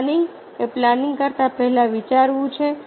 planning એ planning કરતા પહેલા વિચારવું છે